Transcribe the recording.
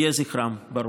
יהא זכרם ברוך.